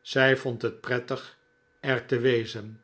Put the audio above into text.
zij vond het prettig er te wezen